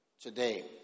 today